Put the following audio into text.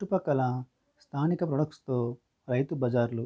చుట్టుపక్కల స్థానిక ప్రొడక్స్తో రైతు బజార్లు